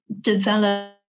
develop